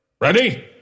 Ready